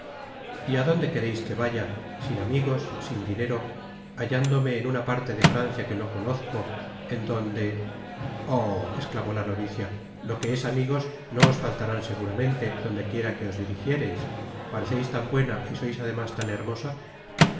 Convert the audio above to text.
y á dónde quereis que vaya sin amigos sin dinero hallándome en una parte de francia que no conozco en donde oh esclamó la novicia lo que es amigos no os faltarán seguramente donde quiera que os dirigiereis pareceis tan buena y sois además tan hermosa